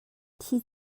thi